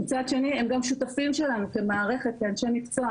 מצד שני הם גם שותפים שלנו כמערכת, כאנשי מקצוע.